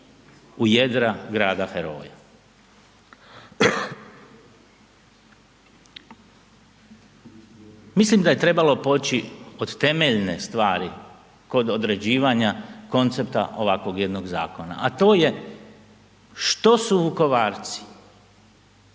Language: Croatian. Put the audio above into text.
u jedra grada heroja. Mislim da je trebalo poći od temeljne stvari kod određivanja koncepta ovakvog jednog zakona, a to je što su Vukovarci